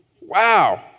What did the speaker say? Wow